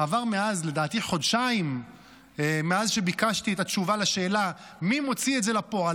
עברו לדעתי חודשיים מאז שביקשתי את התשובה לשאלה מי מוציא את זה לפועל,